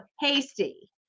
hasty